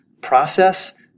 process